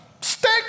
stick